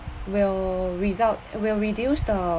will result will reduce the